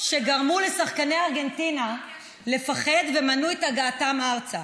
שגרמו לשחקני ארגנטינה לפחד ומנעו את הגעתם ארצה.